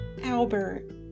Albert